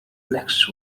next